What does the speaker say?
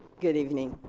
good evening.